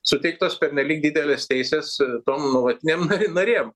suteiktos pernelyg didelės teisės tom nuolatinėm narėm